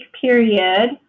period